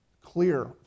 clear